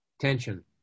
Tension